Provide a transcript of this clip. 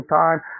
time